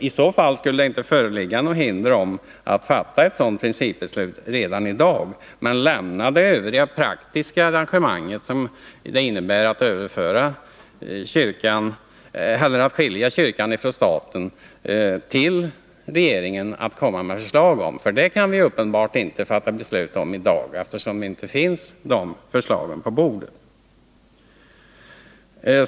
I så fall skulle det inte föreligga något hinder för att fatta ett sådant principbeslut redan i dag. Däremot kan man överlämna de praktiska arrangemangen i samband med ett skiljande av kyrkan från staten till regeringen att framlägga förslag om. Det kan vi uppenbarligen inte fatta beslut om i dag, eftersom vi inte har några sådana förslag på bordet.